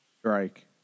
Strike